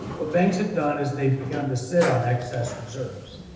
what banks have done is they've begun to sit on excess reserves.